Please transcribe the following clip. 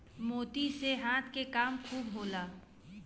मोती से हाथ के काम खूब होला